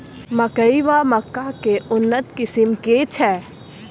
मकई वा मक्का केँ उन्नत किसिम केँ छैय?